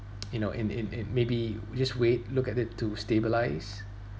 you know and and and maybe we just wait look at it to stabilise